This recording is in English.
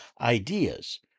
ideas